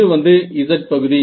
இது வந்து z பகுதி